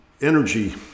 energy